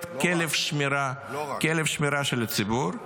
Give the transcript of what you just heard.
-- להיות כלב שמירה של הציבור.